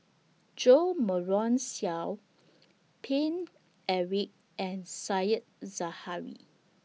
Jo Marion Seow Paine Eric and Said Zahari